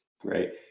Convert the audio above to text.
Great